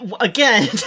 again